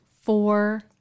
four